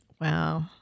Wow